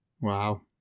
Wow